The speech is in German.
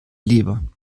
leber